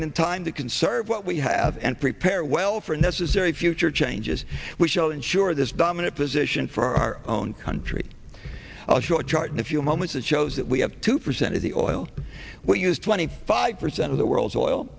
and in time to conserve what we have and prepare well for necessary future changes which will ensure this dominant position for our own country i'll show a chart in a few moments that shows that we have two percent of the oil we use twenty five percent of the world's oil